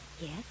Yes